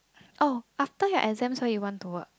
oh after your exams where you want to work